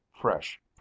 fresh